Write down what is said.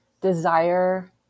desire